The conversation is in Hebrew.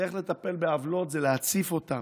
הדרך לטפל בעוולות זה להציף אותן,